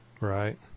right